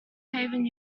haven